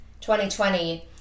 2020